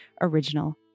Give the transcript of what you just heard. original